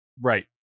Right